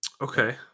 Okay